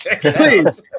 Please